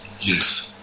Yes